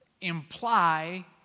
imply